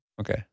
Okay